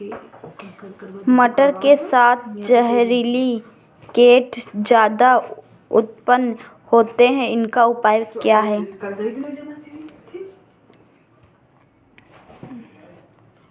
मटर के साथ जहरीले कीड़े ज्यादा उत्पन्न होते हैं इनका उपाय क्या है?